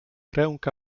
ręka